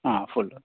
ಹಾಂ ಫುಲ್ಲು